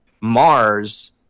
Mars